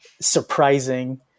Surprising